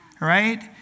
Right